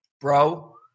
bro